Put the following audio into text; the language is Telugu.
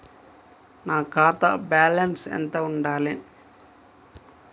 నా ఖాతా బ్యాలెన్స్ ఎంత ఉండాలి?